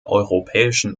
europäischen